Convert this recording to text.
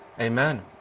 Amen